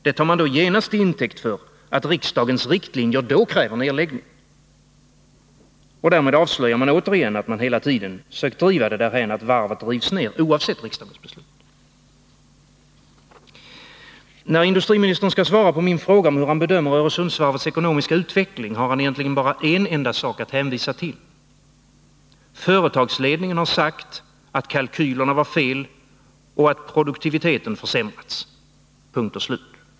Det tar man genast till intäkt för att riksdagens riktlinjer då kräver nedläggning. Därmed avslöjar man återigen att man hela tiden sökt driva det därhän, att varvet rivs ner oavsett riksdagens beslut. När industriministern skall svara på min fråga om hur han bedömer Öresundsvarvets ekonomiska utveckling har han bara en enda sak att hänvisa till. Företagsledningen har sagt att kalkylerna var fel och att produktiviteten försämrats. Punkt och slut.